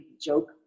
joke